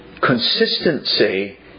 consistency